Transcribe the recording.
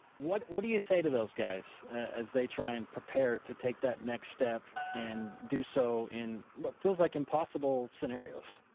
what what do you say to those guys as they try and prepare to take that next step and do so in what feels like impossible scenarios?